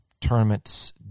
tournaments